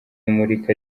imurika